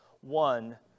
one